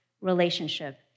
relationship